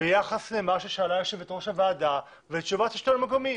ביחס למה ששאלה יושבת ראש הוועדה ותשובת השלטון המקומי?